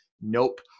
Nope